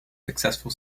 successful